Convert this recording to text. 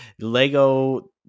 Lego